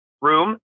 room